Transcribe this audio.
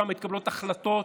שם מתקבלות החלטות